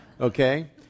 Okay